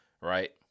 right